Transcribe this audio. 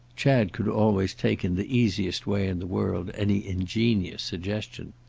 chad could always take in the easiest way in the world any ingenious suggestion.